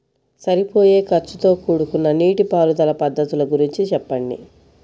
సరిపోయే ఖర్చుతో కూడుకున్న నీటిపారుదల పద్ధతుల గురించి చెప్పండి?